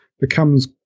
becomes